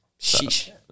Sheesh